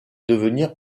devenir